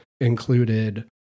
included